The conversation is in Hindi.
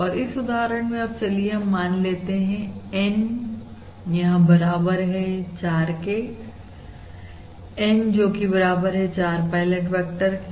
और इस उदाहरण में अब चलिए हम मान लेते हैं की N यहां बराबर है 4 के N जोकि बराबर है 4 पायलट वेक्टर के